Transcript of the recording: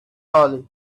all